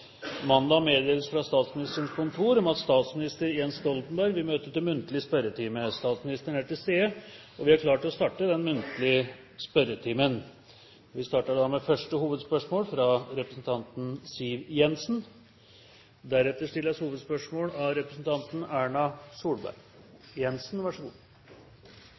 mandag meddelelse fra Statsministerens kontor om at statsminister Jens Stoltenberg vil møte til muntlig spørretime. Statsministeren er til stede, og vi er klare til å starte den muntlige spørretimen. Da starter vi med første hovedspørsmål, fra representanten Siv Jensen.